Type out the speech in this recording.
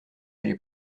aller